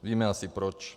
Víme asi proč.